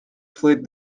fled